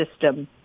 system